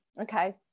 Okay